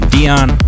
Dion